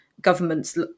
governments